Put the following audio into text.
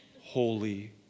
holy